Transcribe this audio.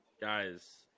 Guys